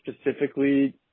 specifically